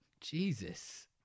Jesus